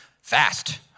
fast